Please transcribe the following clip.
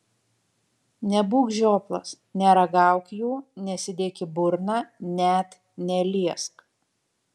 nebūk žioplas neragauk jų nesidėk į burną net neliesk